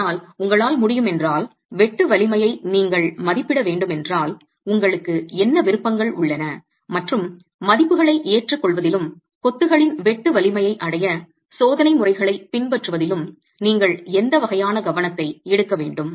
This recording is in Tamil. ஆனால் உங்களால் முடியும் என்றால் வெட்டு வலிமையை நீங்கள் மதிப்பிட வேண்டும் என்றால் உங்களுக்கு என்ன விருப்பங்கள் உள்ளன மற்றும் மதிப்புகளை ஏற்றுக்கொள்வதிலும் கொத்துகளின் வெட்டு வலிமையை அடைய சோதனை முறைகளைப் பின்பற்றுவதிலும் நீங்கள் எந்த வகையான கவனத்தை எடுக்க வேண்டும்